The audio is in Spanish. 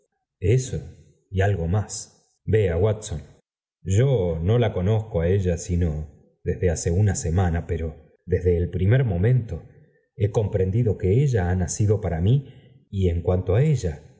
eso y algo más yea watson yo no la conozco á ella sino desde hace una semana pero desde el primer momento he comprendido que ella ha nacido para mí y en cuanto á ella